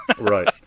right